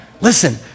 Listen